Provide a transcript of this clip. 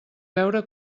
veure